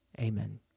Amen